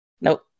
Nope